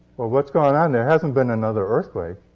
well, what's going on? there hasn't been another earthquake.